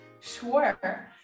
sure